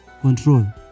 control